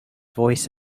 voice